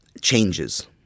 changes